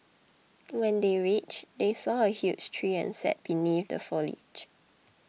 when they reached they saw a huge tree and sat beneath the foliage